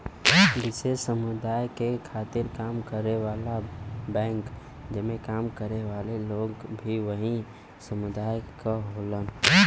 विशेष समुदाय के खातिर काम करे वाला बैंक जेमन काम करे वाले लोग भी वही समुदाय क होलन